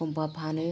एखमबा फानो